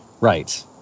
Right